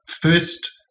first